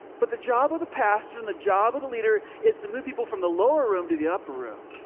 but the job of the pastor and the job of the leader is to move people from the lower room to the upper room.